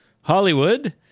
Hollywood